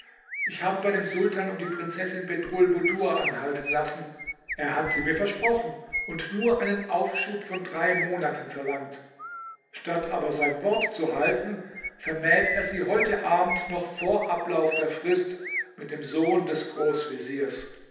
ich habe bei dem sultan um die prinzessin bedrulbudur anhalten lassen er hat sie mir versprochen und nur einen aufschub von drei monaten verlangt statt aber sein wort zu halten vermählt er sie heute abend noch vor ablauf der frist mit dem sohn des